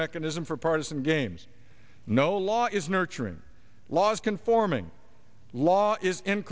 mechanism for partisan games no law is nurturing laws conforming law is in